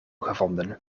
gevonden